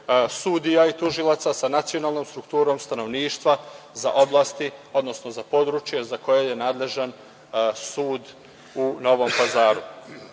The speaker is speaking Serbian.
sudija i tužilaca sa nacionalnom strukturom stanovništva za oblasti, odnosno za područje za koje je nadležan sud u Novom Pazaru.